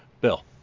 bill